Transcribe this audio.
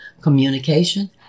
communication